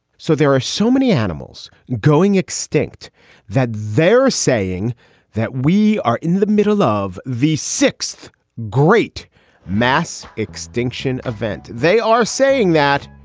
so there are so many animals going extinct that they're saying that we are in the middle of the sixth great mass extinction event. they are saying that.